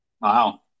Wow